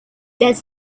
desert